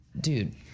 Dude